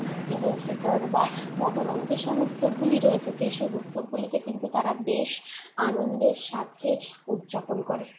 ঈদুলফিতর বা মহরম যেসব উৎসবগুলি রয়েছে সেই সব উৎসবগুলিতে কিন্তু তারা বেশ আনন্দের সাথে উদযাপন করে